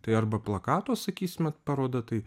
tai arba plakato sakysime paroda tai